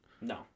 No